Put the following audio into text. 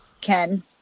Ken